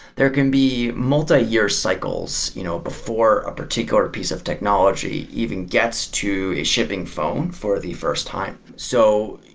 there can be multiyear cycles you know before a particular piece of technology even gets to a shipping phone for the first time. so,